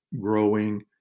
growing